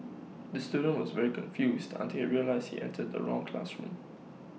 the student was very confused until he realised he entered the wrong classroom